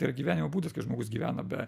tai yra gyvenimo būdas kai žmogus gyvena be